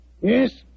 Yes